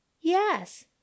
yes